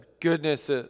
goodness